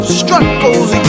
struggles